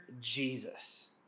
Jesus